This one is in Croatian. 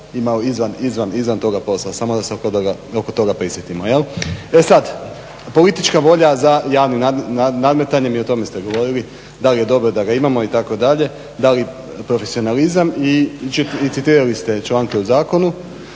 imao izvan toga posla, samo da se oko toga prisjetimo. E sad, politička volja za javnim nadmetanjem, i o tome ste govorili da li je dobro da ga imamo itd. da li profesionalizam i citirali ste članke u zakonu,